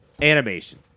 animation